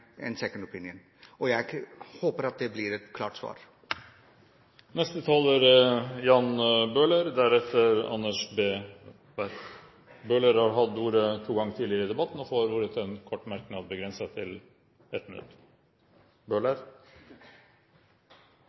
Jeg håper det blir et klart svar. Jan Bøhler har hatt ordet to ganger tidligere og får ordet til en kort merknad, begrenset til 1 minutt.